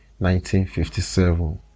1957